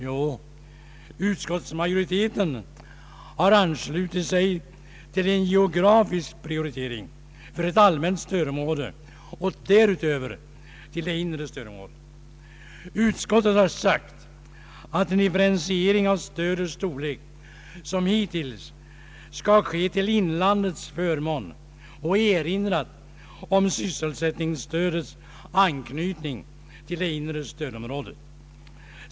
Jo, utskottsmajoriteten har anslutit sig till en geografisk prioritering för ett allmänt stödområde och därutöver till det inre stödområdet. Utskottet har sagt att en differentiering av stödets storlek liksom hittills skall ske till inlandets förmån samt har erinrat om sysselsättningsstödets anknytning till det inre stödområdet.